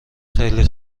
خیلی